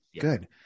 good